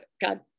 God